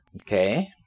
Okay